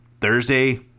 Thursday